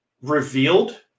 revealed